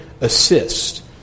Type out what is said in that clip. assist